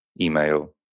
email